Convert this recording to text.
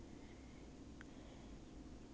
你不会沉的你这样肥